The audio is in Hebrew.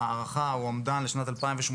הערכה או אומדן לשנת 2018,